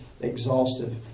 exhaustive